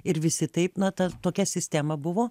ir visi taip na ta tokia sistema buvo